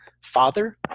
father